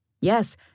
Yes